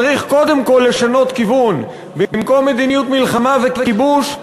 צריך קודם כול לשנות כיוון: במקום מדיניות מלחמה וכיבוש,